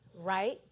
right